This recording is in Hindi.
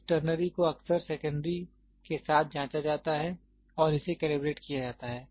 इस टरनरी को अक्सर सेकेंड्री के साथ जांचा जाता है और इसे कैलिब्रेट किया जाता है